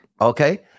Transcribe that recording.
Okay